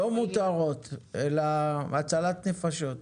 לא מותרות, אלא הצלת נפשות.